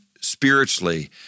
spiritually